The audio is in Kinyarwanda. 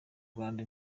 rwanda